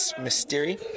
mystery